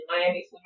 Miami